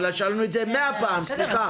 אבל שאלנו את זה מאה פעם, סליחה.